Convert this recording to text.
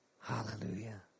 Hallelujah